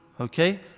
okay